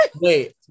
wait